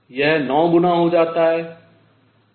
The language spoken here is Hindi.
यह 9 गुना हो जाता है